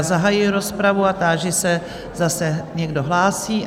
Zahajuji rozpravu a táži se, zda se někdo hlásí?